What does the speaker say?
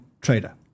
trader